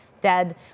dead